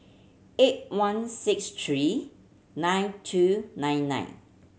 eight one six three nine two nine nine